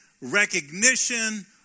recognition